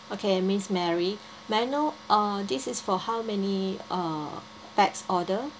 okay miss mary may I know uh this is for how many uh pax order